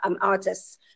artists